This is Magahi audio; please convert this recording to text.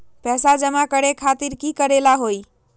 पैसा जमा करे खातीर की करेला होई?